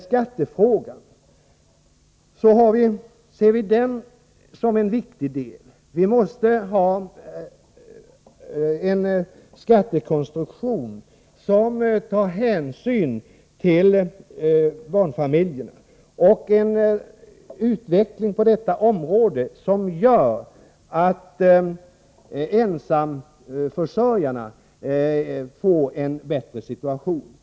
Skattefrågan ser vi också som en viktig del. Skattesystemets konstruktion måste ta hänsyn till barnfamiljerna, och vi måste få en utveckling på detta område som förbättrar ensamförsörjarnas situation.